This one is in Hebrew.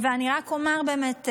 ואני רק אומר באמת,